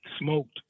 smoked